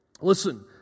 listen